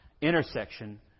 intersection